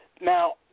Now